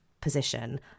position